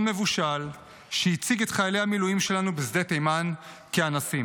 מבושל שהציג את חיילי המילואים שלנו בשדה תימן כאנסים.